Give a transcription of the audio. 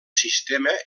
sistema